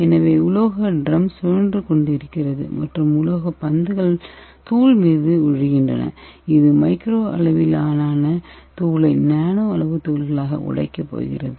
எனவே உலோக டிரம் சுழன்று கொண்டிருக்கிறது மற்றும் உலோக பந்துகள் தூள் மீது விழுகின்றன இது மைக்ரோ அளவிலான தூளை நானோ அளவு துகள்களாக உடைக்க போகிறது